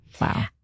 Wow